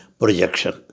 projection